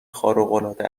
خارقالعاده